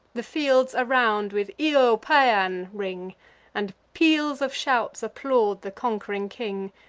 the fields around with io paean! ring and peals of shouts applaud the conqu'ring king.